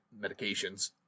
medications